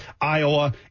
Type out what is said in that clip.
Iowa